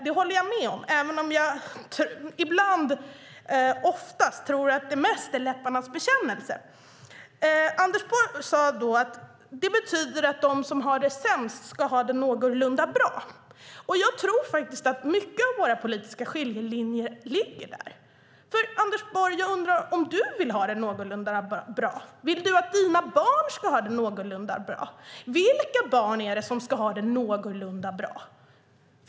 Det håller jag med om, även om jag oftast tror att det mest är läpparnas bekännelse. Anders Borg sade att det här betyder att de som har det sämst ska ha det någorlunda bra. Jag tror faktiskt att mycket av våra politiska skiljelinjer ligger där. Anders Borg! Jag undrar om du vill ha det någorlunda bra. Vill du att dina barn ska ha det någorlunda bra? Vilka barn är det som ska ha det någorlunda bra?